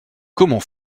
comment